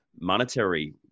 monetary